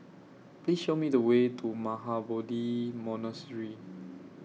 Please Show Me The Way to Mahabodhi Monastery